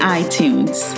iTunes